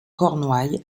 cornouailles